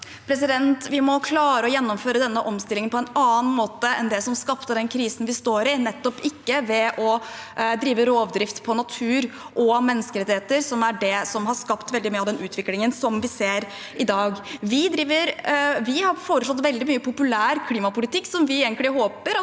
Vi må klare å gjennomføre denne omstillingen på en annen måte enn det som skapte den krisen vi står i, nettopp ved ikke å drive rovdrift på natur og menneskerettigheter, som er det som har skapt veldig mye av den utviklingen vi ser i dag. Vi har foreslått veldig mye populær klimapolitikk som vi egentlig håper at